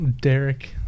derek